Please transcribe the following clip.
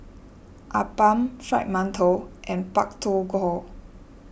Appam Fried Mantou and Pak Thong Ko